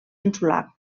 insular